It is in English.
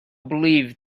believed